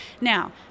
Now